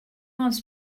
wants